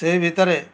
ସେଇ ଭିତରେ